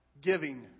giving